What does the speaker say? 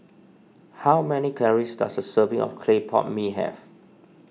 how many calories does a serving of Clay Pot Mee have